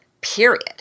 period